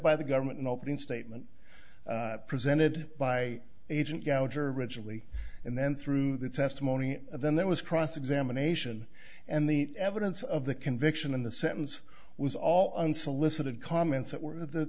by the government in opening statement presented by agent ritually and then through the testimony then there was cross examination and the evidence of the conviction in the sentence was all unsolicited comments that were th